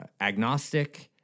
agnostic